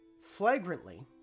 flagrantly